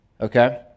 okay